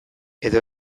edo